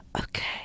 Okay